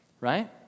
right